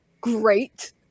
great